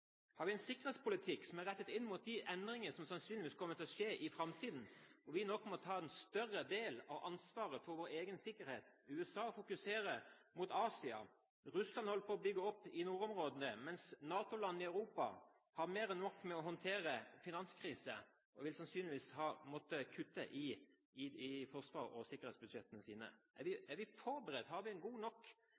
Har vi en sikkerhetspolitikk som er rettet inn mot de endringer som sannsynligvis kommer til å skje i framtiden, hvor vi nok må ta en større del av ansvaret for vår egen sikkerhet? USA fokuserer mot Asia, Russland holder på å bygge opp i nordområdene, mens NATO-landene i Europa har mer enn nok med å håndtere finanskrisen og sannsynligvis vil måtte kutte i forsvars- og sikkerhetsbudsjettene sine. Er vi forberedt? Har vi en god nok